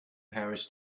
paris